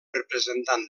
representant